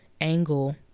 angle